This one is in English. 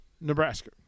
Nebraska